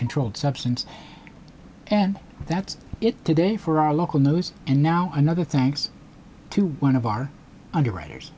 controlled substance and that's it today for our local news and now another thanks to one of our underwriters